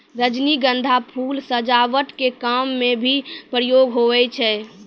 रजनीगंधा फूल सजावट के काम मे भी प्रयोग हुवै छै